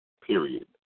Period